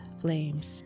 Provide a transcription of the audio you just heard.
flames